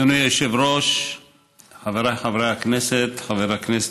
חבר הכנסת חיים ילין,